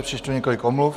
Přečtu několik omluv.